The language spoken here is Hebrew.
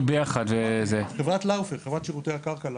ביחד --- חברת שירותי הקרקע "לאופר".